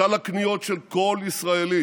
סל הקניות של כל ישראלי